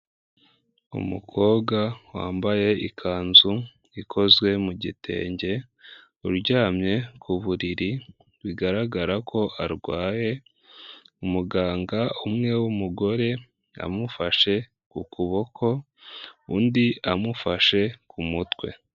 Umukobwa wambaye ikanzu ikozwe mu gitenge uryamye ku buriri bigaragara ko arwaye, umuganga umwe w'umugore amufashe ku kuboko undi amufashe ku mutwe.